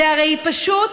זה הרי פשוט,